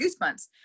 goosebumps